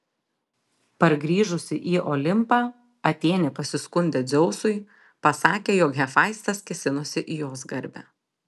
pargrįžusi į olimpą atėnė pasiskundė dzeusui pasakė jog hefaistas kėsinosi į jos garbę